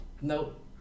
Nope